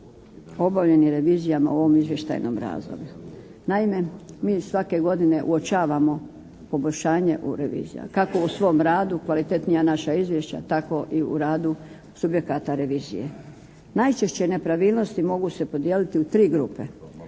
obavljenim revizijama u ovom izvještajnom razdoblju. Naime, mi svake godine uočavamo poboljšanje u revizijama, kako u svom radu, kvalitetnija naša izvješća, tako i u radu subjekata revizije. Najčešće nepravilnosti mogu se podijeliti u 3 grupe.